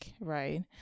right